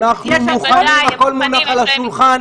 אנחנו מוכנים, הכול מונח על השולחן.